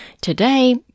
Today